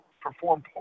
perform